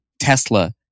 Tesla